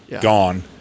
gone